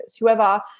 whoever